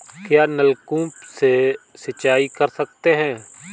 क्या नलकूप से सिंचाई कर सकते हैं?